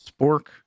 spork